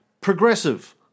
progressive